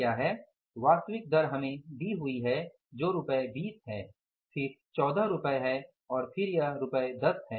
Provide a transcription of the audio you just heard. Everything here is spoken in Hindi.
वास्तविक दर हमें दी हुई है जो रुपये 20 है फिर 14 रुपये है और फिर यह रुपये 10 है